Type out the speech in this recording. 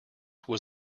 was